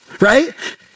Right